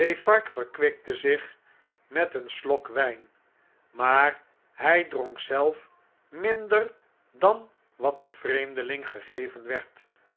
defarge verkwikte zich met een slok wijn maar h j dronk zelf minder dan wat den vreemdeling gegeven werd